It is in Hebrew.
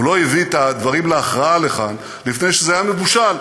הוא לא הביא את הדברים להכרעה לכאן לפני שזה היה מבושל,